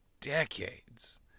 decades